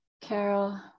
Carol